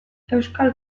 euskal